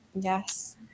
Yes